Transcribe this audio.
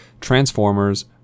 Transformers